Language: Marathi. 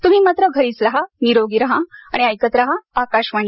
तुम्ही मात्र घरीच रहा निरोगी रहा आणि ऐकत रहा आकाशवाणी